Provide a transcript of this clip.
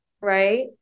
Right